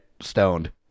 stoned